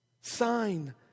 sign